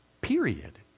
Period